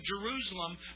Jerusalem